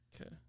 Okay